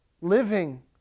living